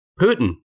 Putin